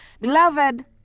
Beloved